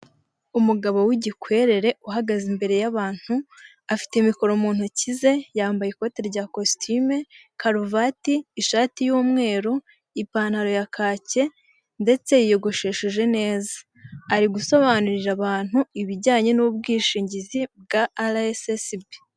Umugabo w'igikwerere uhagaze imbere y'abantu, afite mikoro mu ntoki ze, yambaye ikote rya kositime, karuvati, ishati y'umweru, ipantaro ya kake ndetse yiyogoshesheje neza. Ari gusobanurira abantu ibijyanye n'ubwishingizi bwa Ara esesibi.